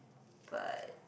but